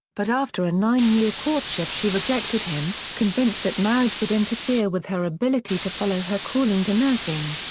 but after a nine-year courtship she rejected him, convinced that marriage would interfere with her ability to follow her calling to nursing.